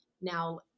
Now